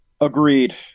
Agreed